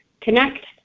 connect